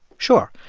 sure,